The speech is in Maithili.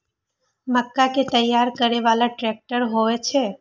मक्का कै तैयार करै बाला ट्रेक्टर होय छै?